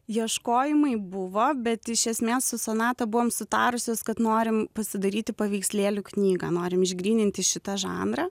ieškojimai buvo bet iš esmės su sonata buvom sutarusios kad norim pasidaryti paveikslėlių knygą norim išgryninti šitą žanrą